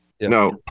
No